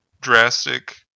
drastic